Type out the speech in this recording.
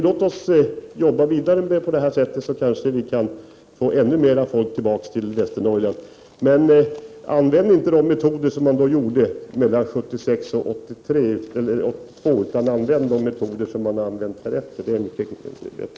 Låt oss arbeta vidare på detta sätt, så kanske ännu mer folk flyttar tillbaka till Västernorrland. Men använd inte de metoder som man använde 1976—1982, utan de metoder som har använts därefter.